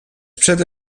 przede